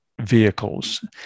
vehicles